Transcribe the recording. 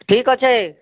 ଠିକ୍ ଅଛେ